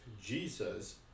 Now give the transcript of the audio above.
jesus